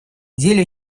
деле